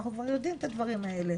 אנחנו כבר יודעים את הדברים האלה.